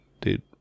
dude